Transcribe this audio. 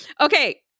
okay